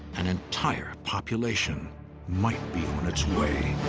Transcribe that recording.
an entire population might be on its way.